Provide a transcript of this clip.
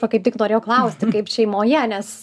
va kaip tik norėjau klausti kaip šeimoje nes